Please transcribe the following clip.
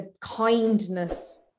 kindness